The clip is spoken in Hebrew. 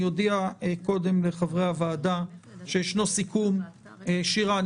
אני אודיע קודם לחברי הוועדה שיש סיכום שירה,